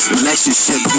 Relationship